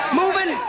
moving